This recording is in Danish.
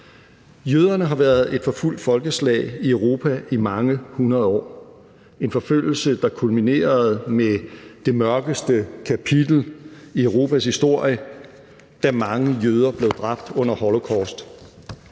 Jøderne har været et forfulgt folkeslag i Europa i mange hundrede år – en forfølgelse, der kulminerede med det mørke kapitel i Europas historie, da mange jøder blev dræbt under holocaust.